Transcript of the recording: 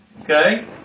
okay